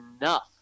enough